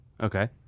Okay